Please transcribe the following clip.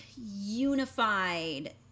unified